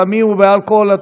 בסמים ובאלכוהול,